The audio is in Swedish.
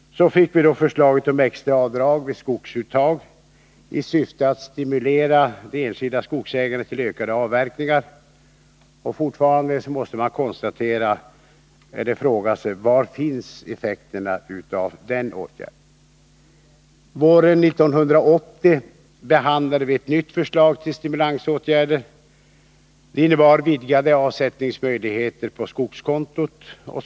Så fick vi förslaget om extra avdrag vid skogsuttag i syfte att stimulera de enskilda skogsägarna till ökade avverkningar. Fortfarande måste man fråga sig: Var finns effekten av den åtgärden? Våren 1980 behandlades ett nytt förslag till stimulansåtgärder. Det innebar vidgade möjligheter till avsättning på skogskonto.